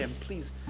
please